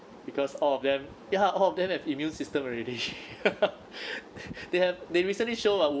because all of them ya all of them have immune system already they have they recently show uh